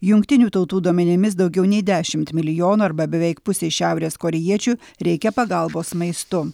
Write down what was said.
jungtinių tautų duomenimis daugiau nei dešimt milijonų arba beveik pusei šiaurės korėjiečių reikia pagalbos maistu